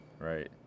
right